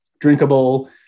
drinkable